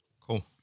cool